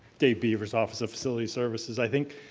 dave beavers, office of facility services. i think,